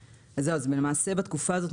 למעשה בתקופה הזאת,